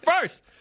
first